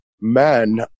men